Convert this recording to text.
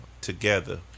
together